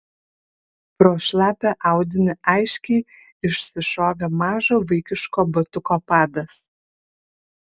pro šlapią audinį aiškiai išsišovė mažo vaikiško batuko padas